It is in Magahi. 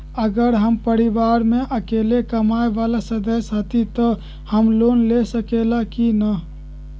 अगर हम अपन परिवार में अकेला कमाये वाला सदस्य हती त हम लोन ले सकेली की न?